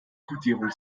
kodierung